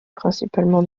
principalement